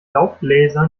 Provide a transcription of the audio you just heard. laubbläser